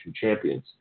champions